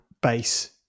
base